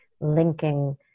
linking